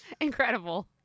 Incredible